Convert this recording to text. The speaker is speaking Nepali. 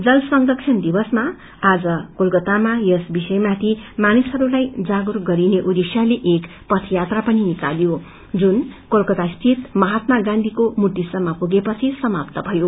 जल संरक्षण दिवसमा आज कोलकातामा यस विषयमाणि मानिसहरूलाई जागरूक गरिने उद्देश्यले एक पथयात्रा पनि निकालियो जुन कोलकास्थित महात्मा गांधीको मूर्तिसम्म पुगेपछि समाप्त भयो